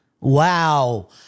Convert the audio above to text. wow